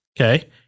Okay